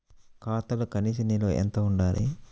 ఖాతాలో కనీస నిల్వ ఎంత ఉండాలి?